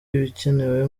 ibikenewe